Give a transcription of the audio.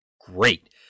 Great